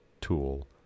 tool